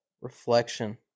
reflection